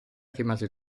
rimase